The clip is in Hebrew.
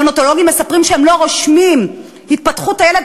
נאונטולוגים מספרים שהם לא רושמים הפניה למכון להתפתחות הילד,